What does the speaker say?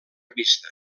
vista